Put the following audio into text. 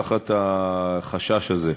תחת החשש הזה.